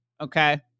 okay